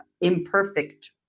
imperfect